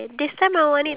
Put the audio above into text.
what